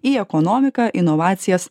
į ekonomiką inovacijas